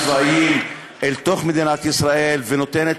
חקיקה שמצניחה את פסקי-הדין הצבאיים אל תוך מדינת ישראל ונותנת